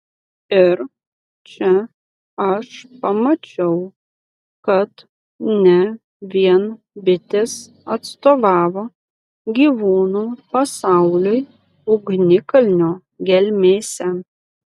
ir čia aš pamačiau kad ne vien bitės atstovavo gyvūnų pasauliui ugnikalnio gelmėse